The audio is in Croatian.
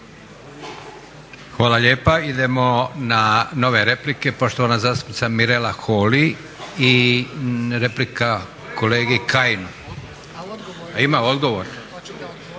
Hvala lijepa. Idemo na nove replike. Poštovana zastupnica Mirela Holy i replika kolegi Kajinu. Ima odgovor?